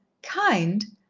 kind!